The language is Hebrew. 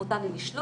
מותר לי לשלוח,